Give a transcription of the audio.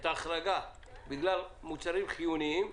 את ההחרגה בגלל מוצרים חיוניים,